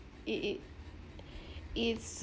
it it is